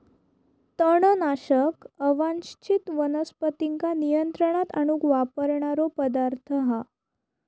तणनाशक अवांच्छित वनस्पतींका नियंत्रणात आणूक वापरणारो पदार्थ हा